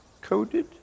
Coded